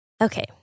Okay